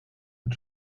mit